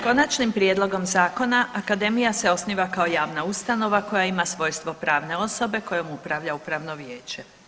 Konačnim prijedlogom zakona akademija se osniva kao javna ustanova koja ima svojstvo pravne osobe kojom upravlja upravno vijeće.